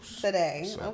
today